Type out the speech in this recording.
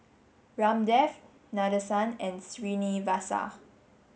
Ramdev Nadesan and Srinivasa